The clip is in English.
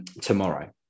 tomorrow